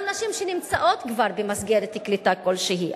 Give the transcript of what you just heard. גם נשים שנמצאות כבר במסגרת קליטה כלשהי,